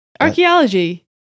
Archaeology